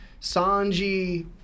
Sanji